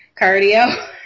cardio